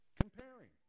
Comparing